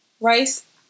rice